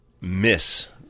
miss